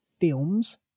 films